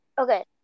Okay